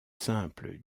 simple